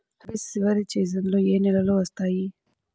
రబీ చివరి సీజన్లో ఏ నెలలు వస్తాయి?